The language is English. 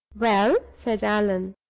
well? said allan.